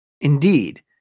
Indeed